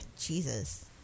Jesus